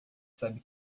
sabe